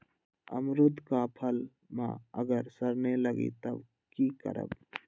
अमरुद क फल म अगर सरने लगे तब की करब?